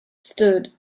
stood